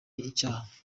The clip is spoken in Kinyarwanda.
icyaha